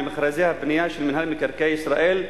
במקרה זה הבנייה של מינהל מקרקעי ישראל,